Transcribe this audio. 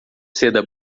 seda